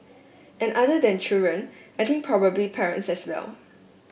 and other than children I think probably parents as well